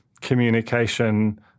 communication